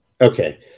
Okay